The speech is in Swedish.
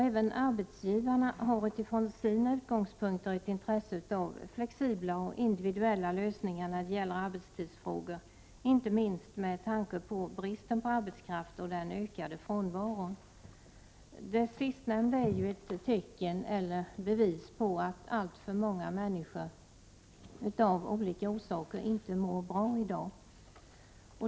Även arbetsgivarna har utifrån sina utgångspunkter ett intresse av flexibla och individuella lösningar när det gäller arbetstidsfrågor, inte minst med tanke på bristen på arbetskraft och den ökade frånvaron. Det sistnämnda är ju ett tecken eller bevis på att alltför många människor av olika orsaker inte mår bra i dag.